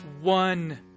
one